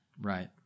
right